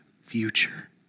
future